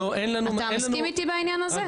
אתה מסכים איתי בעניין הזה?